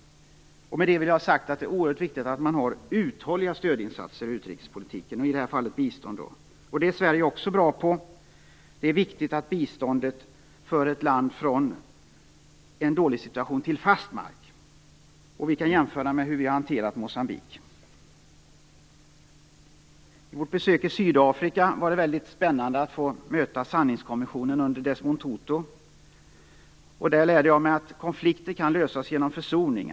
Med det vill jag ha sagt att det är oerhört viktigt att man har uthålliga stödinsatser i utrikespolitiken, i det har fallet biståndet. Det är Sverige också bra på. Det är viktigt att biståndet för ett land från en dålig situation till fast mark. Vi kan jämföra med hur vi har hanterat Moçambique. Under vårt besök i Sydafrika var det väldigt spännande att få möta sanningskommissionen under Desmond Tutu. Där lärde jag mig att konflikter kan lösa genom försoning.